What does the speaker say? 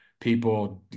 people